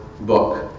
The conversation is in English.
book